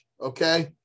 okay